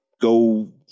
go